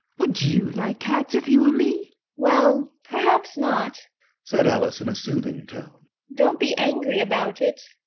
would you like cats if you were me well, perhaps not said alice in a soothing tone don't be angry about it.